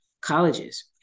colleges